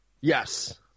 Yes